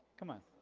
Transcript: come on.